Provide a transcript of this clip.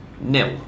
nil